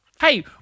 Hey